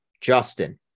Justin